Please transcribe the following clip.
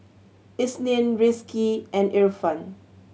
Isnin Rizqi and Irfan